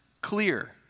clear